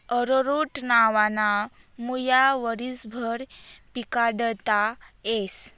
arrowroot नावना मुया वरीसभर पिकाडता येस